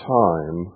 time